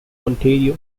ontario